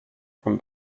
from